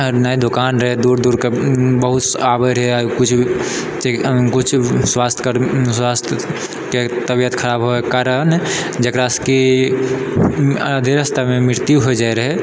आओर नहि दोकान रहै दूर दूरके बहुत आबै रहै कुछ भी चिकित आँ किछु भी स्वास्थ्यके तबियत खराब होइके कारण जकरासँ कि अधे रास्तामे मृत्यु होइ जाइ रहै